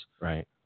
right